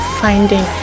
finding